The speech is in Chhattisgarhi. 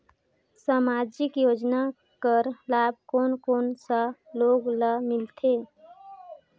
समाजिक योजना कर लाभ कोन कोन सा लोग ला मिलथे?